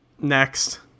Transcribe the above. Next